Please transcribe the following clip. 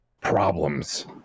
problems